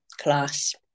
class